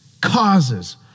causes